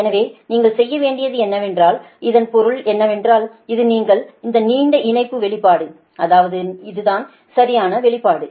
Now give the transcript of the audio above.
எனவே நீங்கள் செய்ய வேண்டியது என்னவென்றால் இதன் பொருள் என்னவென்றால் இது இந்த நீண்ட இணைப்பு வெளிப்பாடு அதாவது இது தான் சரியான வெளிப்பாடு